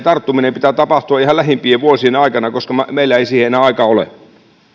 tarttumisen pitää tapahtua ihan lähimpien vuosien aikana koska meillä ei siihen enää aikaa ole